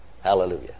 Hallelujah